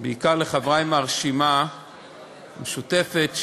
בעיקר לחברי מהרשימה המשותפת,